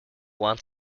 want